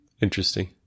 Interesting